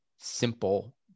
simple